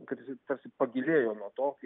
kad jisai tarsi pagilėjo nuo to kai